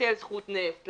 לבטל זכות נפט,